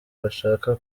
bashaka